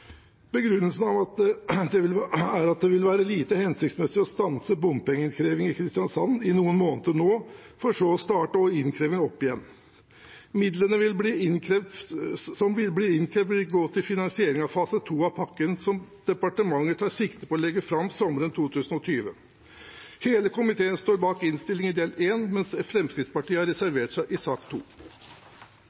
Begrunnelsen er at det vil være lite hensiktsmessig å stanse bompengeinnkreving i Kristiansand i noen måneder nå, for så å starte innkrevingen igjen. Midlene som vil bli innkrevd, vil gå til finansiering av fase 2 av pakken som departementet tar sikte på å legge fram sommeren 2020. Hele komiteen står bak innstillingens del 1, mens Fremskrittspartiet har reservert seg i